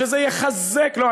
שזה יחזק לו,